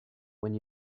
when